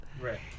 Right